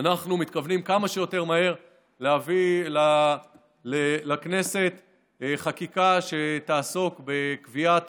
אנחנו מתכוונים כמה שיותר מהר להביא לכנסת חקיקה שתעסוק בקביעת